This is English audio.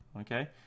Okay